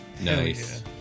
Nice